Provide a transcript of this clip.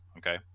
Okay